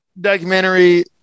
documentary